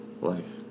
life